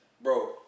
Bro